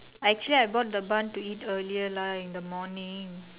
actually I bought the bun to eat earlier lah in the morning